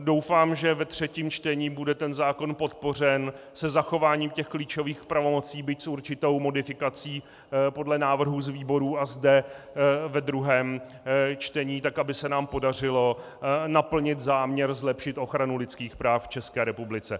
Doufám, že ve třetím čtení bude ten zákon podpořen se zachováním těch klíčových pravomocí, byť s určitou modifikací podle návrhů z výborů a zde ve druhém čtení tak, aby se nám podařilo naplnit záměr zlepšit ochranu lidských práv v České republice.